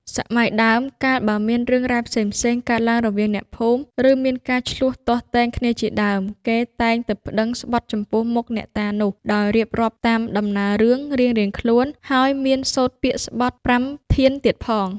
សម័យដើម កាលបើមានរឿងរ៉ាវផ្សេងៗ កើតឡើងរវាងអ្នកភូមិ ឬមានការឈ្លោះទាស់ទែងគ្នាជាដើម គេតែងទៅប្តឹងស្បថចំពោះមុខអ្នកតានោះ ដោយរៀបរាប់តាមដំណើររឿងរៀងៗខ្លួន ហើយមានសូត្រពាក្យស្បថ ប្រាំធានទៀតផង។